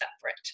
separate